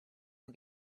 and